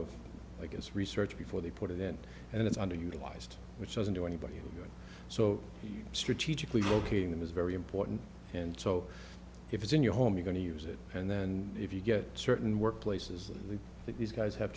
of i guess research before they put it in and it's underutilized which doesn't do anybody any good so strategically locating them is very important and so if it's in your home you going to use it and then if you get certain workplaces that these guys have